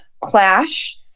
Clash